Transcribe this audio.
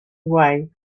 way